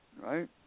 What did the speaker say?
right